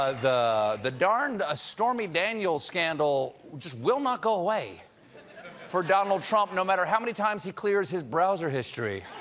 ah the the darned stormy daniels scandal just will not go away for donald trump, no matter how many times he clears his browser history.